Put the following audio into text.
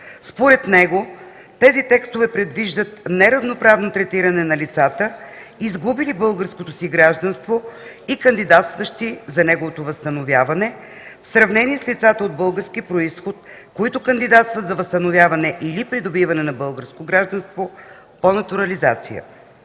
Според него тези текстове предвиждат неравноправно третиране на лицата, изгубили българското си гражданство и кандидатстващи за неговото възстановяване, в сравнение с лицата от български произход, които кандидатстват за възстановяване или придобиване на българско гражданство по натурализация.